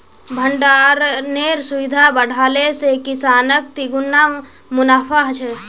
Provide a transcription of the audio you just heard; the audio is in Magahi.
भण्डरानेर सुविधा बढ़ाले से किसानक तिगुना मुनाफा ह छे